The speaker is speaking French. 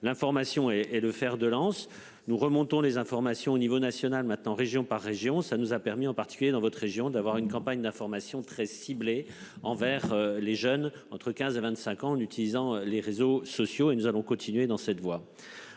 L'information est est le fer de lance, nous remontons des informations au niveau national maintenant région par région, ça nous a permis, en particulier dans votre région d'avoir une campagne d'information très ciblée, envers les jeunes entre 15 et 25 en utilisant les réseaux sociaux et nous allons continuer dans cette voie.